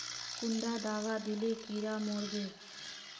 कुंडा दाबा दिले कीड़ा मोर बे?